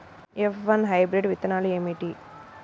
F one hybrid విత్తనాలు ఏమిటి?